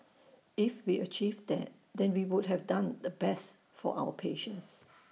if we achieve that then we would have done the best for our patients